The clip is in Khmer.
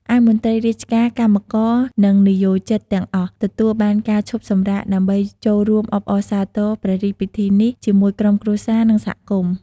ឯ មន្ត្រីរាជការ កម្មករ និងនិយោជិតទាំងអស់ទទួលបានការឈប់សម្រាកដើម្បីចូលរួមអបអរសាទរព្រះរាជពិធីនេះជាមួយក្រុមគ្រួសារ និងសហគមន៍។